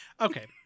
Okay